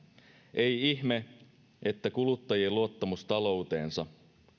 ei ihme että kuluttajien luottamus talouteensa